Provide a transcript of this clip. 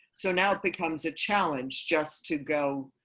so now it becomes a challenge, just to go